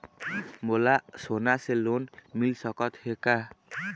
मोला सोना से लोन मिल सकत हे का?